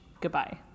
goodbye